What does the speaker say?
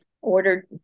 ordered